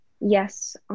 yes